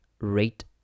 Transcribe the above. Rate